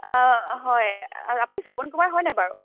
হয় আপুনি শ্ৰাৱন কুমাৰ হয়নে নাই বাৰু